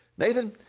nathan,